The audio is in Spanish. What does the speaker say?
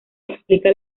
explica